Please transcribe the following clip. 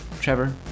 Trevor